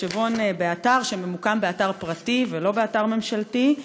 מחשבון שממוקם באתר פרטי ולא באתר ממשלתי,